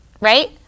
right